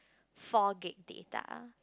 four gig data